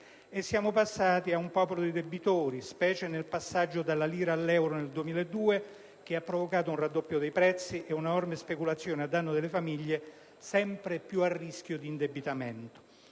Siamo passati ad essere un popolo di debitori, specie nel passaggio dalla lira all'euro nel 2002, che ha provocato un raddoppio dei prezzi ed un'enorme speculazione a danno delle famiglie, sempre più a rischio di indebitamento.